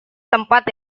tempat